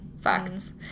facts